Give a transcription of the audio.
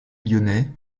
lyonnais